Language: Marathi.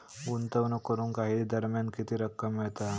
गुंतवणूक करून काही दरम्यान किती रक्कम मिळता?